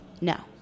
No